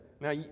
Now